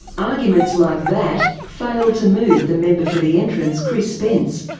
arguments like that failed to move the member for the entrance chris spence.